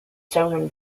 southern